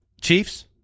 Chiefs